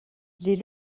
les